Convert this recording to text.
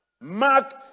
Mark